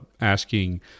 asking